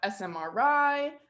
SMRI